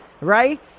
right